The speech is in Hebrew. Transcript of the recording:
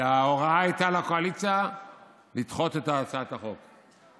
וההוראה לקואליציה הייתה לדחות את הצעת החוק.